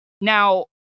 now